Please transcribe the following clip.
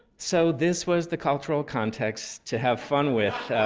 so this was the cultural context to have fun with